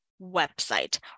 website